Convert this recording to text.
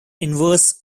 inverse